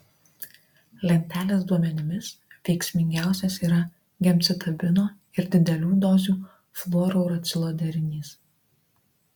lentelės duomenimis veiksmingiausias yra gemcitabino ir didelių dozių fluorouracilo derinys